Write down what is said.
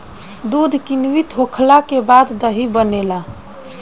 दूध किण्वित होखला के बाद दही बनेला